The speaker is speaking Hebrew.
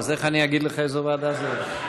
אז איך אני אגיד לך לאיזו ועדה זה הולך?